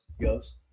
goes